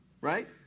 Right